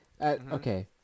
Okay